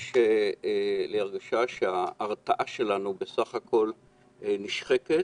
יש לי הרגשה שההרתעה שלנו נשחקת,